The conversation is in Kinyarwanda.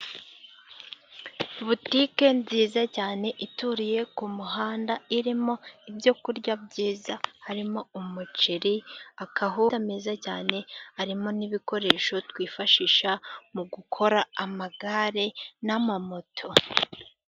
Botique nziza cyane ituriye ku muhanda irimo ibyo kurya byiza harimo umuceri, akawunga kameze neza cyane. Harimo n'ibikoresho twifashisha mu gukora amagare n'amamoto.